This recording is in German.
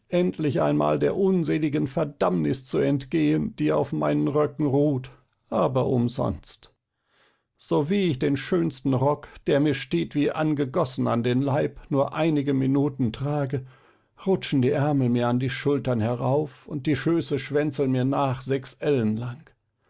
endlich einmal der unseligen verdammnis zu entgehen die auf meinen röcken ruht aber umsonst sowie ich den schönsten rock der mir steht wie angegossen an den leib nur einige minuten trage rutschen die ärmel mir an die schultern herauf und die schöße schwänzeln mir nach sechs